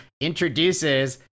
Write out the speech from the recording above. introduces